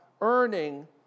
earning